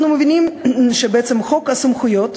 אנחנו מבינים שבעצם חוק סמכויות